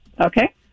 Okay